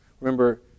Remember